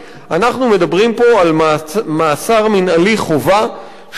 אנחנו מדברים פה על מעצר מינהלי חובה של שלוש